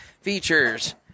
Features